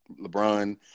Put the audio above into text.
LeBron